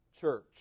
church